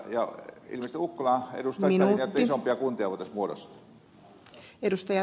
ukkola edustaa sitä linjaa että isompia kuntia voitaisiin muodostaa